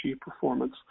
performance